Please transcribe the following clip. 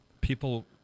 people